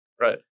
Right